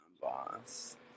boss